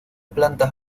plantas